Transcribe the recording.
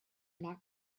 not